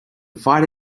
fight